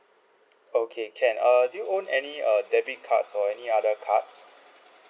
okay can err do you own any uh debit cards or any other cards